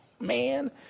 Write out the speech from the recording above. Man